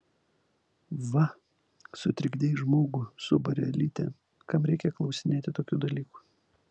va sutrikdei žmogų subarė elytė kam reikia klausinėti tokių dalykų